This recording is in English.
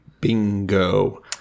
Bingo